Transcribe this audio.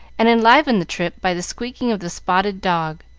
and enlivened the trip by the squeaking of the spotted dog,